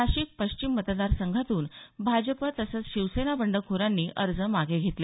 नाशिक पश्चिम मतदार संघातून भाजप तसंच शिवसेना बंडखोरांनी अर्ज मागे घेतले